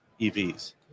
EVs